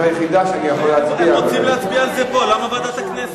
אנחנו רוצים להצביע על זה פה, למה ועדת הכנסת?